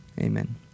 amen